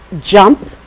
jump